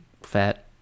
Fat